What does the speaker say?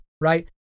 Right